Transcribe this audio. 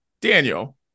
Daniel